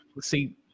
see